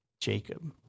Jacob